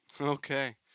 Okay